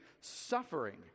suffering